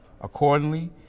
accordingly